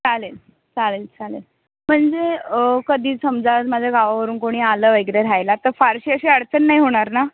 चालेल चालेल चालेल म्हणजे कधी समजा माझ्या गावावरून कोणी आलं वगैरे राहायला तर फारशी अशी अडचण नाही होणार ना